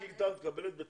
סל קליטה הוא מקבל בתשלומים,